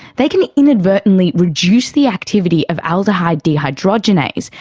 they can inadvertently reduce the activity of aldehyde dehydrogenase,